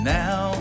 now